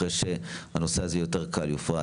אחרי שהנושא הזה יופרט,